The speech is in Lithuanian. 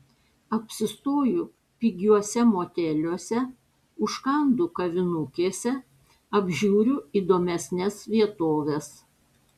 apsistoju pigiuose moteliuose užkandu kavinukėse apžiūriu įdomesnes vietoves